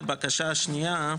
והבקשה שנייה,